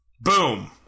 Boom